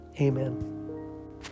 Amen